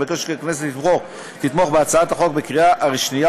אבקש כי הכנסת תתמוך בהצעת החוק בקריאה השנייה